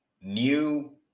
new